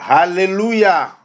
Hallelujah